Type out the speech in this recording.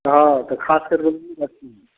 हाँ तो खास करके